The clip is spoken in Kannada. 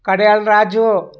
ಕಡಿಯಾಳ ರಾಜು